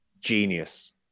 genius